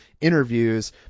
interviews